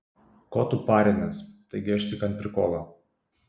ko tu parinies taigi aš tik ant prikolo